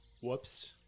Whoops